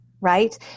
right